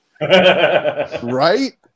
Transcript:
Right